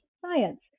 science